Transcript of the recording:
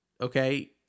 Okay